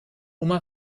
oma